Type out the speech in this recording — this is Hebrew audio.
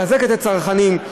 מחזקת את הצרכנים.